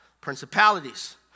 Principalities